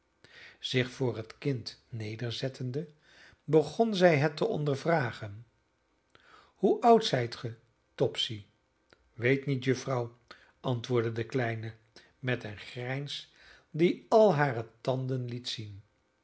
zich voor het kind nederzettende begon zij het te ondervragen hoe oud zijt ge topsy weet niet juffrouw antwoordde de kleine met een grijns die al hare tanden liet zien